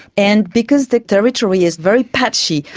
and because the territory is very patchy,